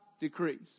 decrease